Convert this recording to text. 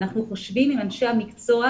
אנחנו חושבים עם אנשי המקצוע,